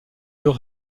deux